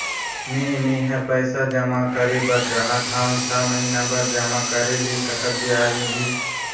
मे मेहर पैसा जमा करें बर चाहत हाव, छह महिना बर जमा करे ले कतक ब्याज मिलही?